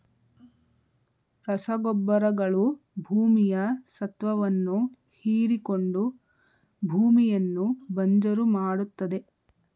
ರಸಗೊಬ್ಬರಗಳು ಭೂಮಿಯ ಸತ್ವವನ್ನು ಹೀರಿಕೊಂಡು ಭೂಮಿಯನ್ನು ಬಂಜರು ಮಾಡತ್ತದೆ